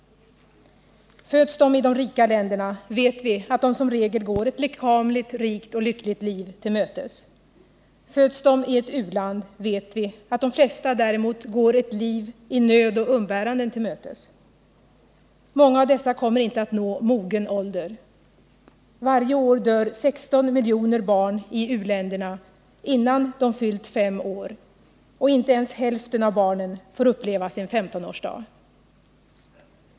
Föds de i de rika länderna vet vi att de som regel går ett lekamligt rikt och lyckligt liv till mötes. Föds de i ett u-land vet vi att de flesta däremot går ett liv i nöd och umbäranden till mötes. Många av dessa kommer inte att nå mogen ålder. Varje år dör 16 miljoner barn i u-länderna innan de fyllt fem år, och inte ens hälften av barnen får uppleva sin femtonårsdag.